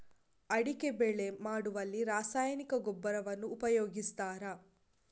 ಅಡಿಕೆ ಬೆಳೆ ಮಾಡುವಲ್ಲಿ ರಾಸಾಯನಿಕ ಗೊಬ್ಬರವನ್ನು ಉಪಯೋಗಿಸ್ತಾರ?